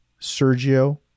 Sergio